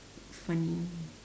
funny